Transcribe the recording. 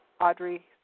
Audrey